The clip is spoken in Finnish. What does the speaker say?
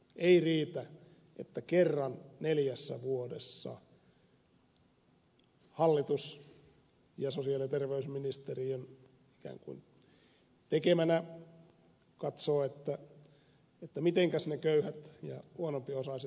ei riitä että kerran neljässä vuodessa hallitus ikään kuin sosiaali ja terveysministeriön suorittamana katsoo mitenkäs ne köyhät ja huonompiosaiset nyt elävät